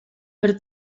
per